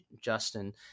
Justin